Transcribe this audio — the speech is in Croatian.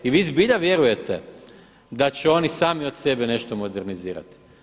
I vi zbilja vjerujete da će oni sami od sebe nešto modernizirati.